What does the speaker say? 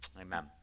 Amen